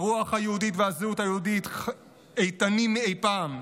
הרוח היהודית והזהות היהודית איתנות מאי פעם.